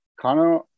Connor